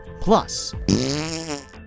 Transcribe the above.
Plus